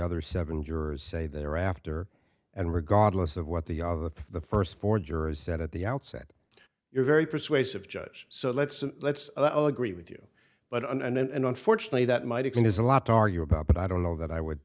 other seven jurors say thereafter and regardless of what the other the first four jurors said at the outset you're very persuasive judge so let's let's i'll agree with you but and unfortunately that might exist is a lot to argue about but i don't know that i would